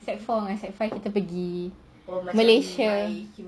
secondary four secondary five kita pergi malaysia